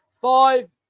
Five